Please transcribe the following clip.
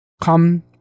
Come